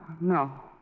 No